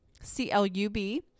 C-L-U-B